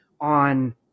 on